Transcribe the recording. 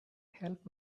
help